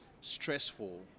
stressful